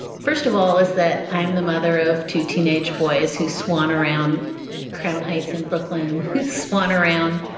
first of all, is that i'm the mother of two teenage boys who swan around crown heights in brooklyn, whose swan around